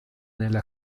nella